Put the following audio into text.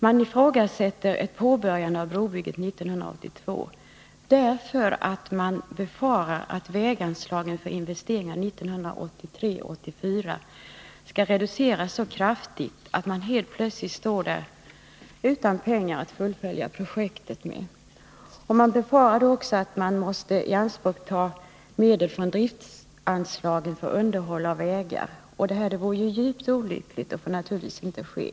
Man ifrågasätter ett påbörjande av brobygget 1982, därför att det befaras att väganslagen för investeringar 1983/84 reduceras så kraftigt att man helt plötsligt står utan pengar för att kunna fullfölja projektet. Man befarar också att man måste ta i anspråk medel från driftanslaget för underhåll av vägar. Det här vore djupt olyckligt och får naturligtvis inte ske.